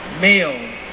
male